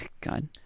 God